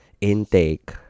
intake